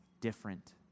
different